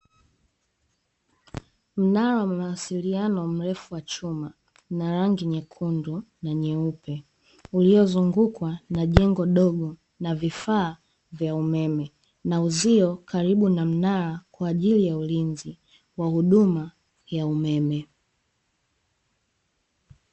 Mnara wa mawasiliano mrefu wa chuma una rangi nyekundu na nyeupe, uliyozungukwa na jengo dogo na vifaa vya umeme na uzio karibu na mnara kwa ajili ya ulinzi wa huduma ya umeme.